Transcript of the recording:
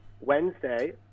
Wednesday